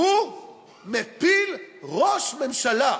הוא מפיל ראש ממשלה,